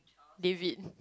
David